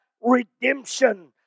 redemption